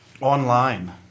Online